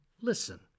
listen